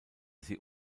sie